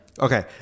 okay